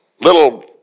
little